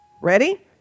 Ready